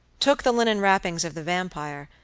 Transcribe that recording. took the linen wrappings of the vampire,